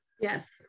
Yes